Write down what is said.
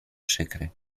przykry